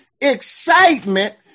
excitement